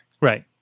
Right